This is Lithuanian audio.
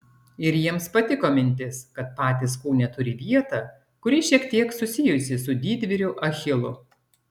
ir jiems patiko mintis kad patys kūne turi vietą kuri šiek tiek susijusi su didvyriu achilu